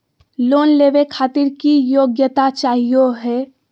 Loan लेवे खातीर की योग्यता चाहियो हे?